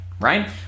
right